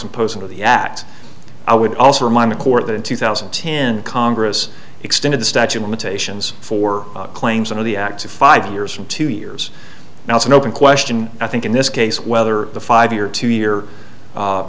impose into the act i would also remind the court that in two thousand and ten congress extended the statue of limitations for claims of the act of five years from two years now it's an open question i think in this case whether the five year to year